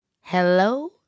Hello